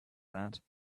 that